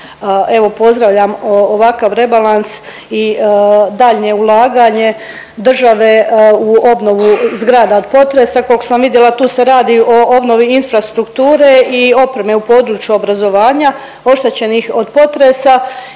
Evo pozdravljam ovakav rebalans i daljnje ulaganje države u obnovu zgrada od potresa. Kolko sam vidjela tu se radi o obnovi infrastrukture i opreme u području obrazovanja oštećenih od potresa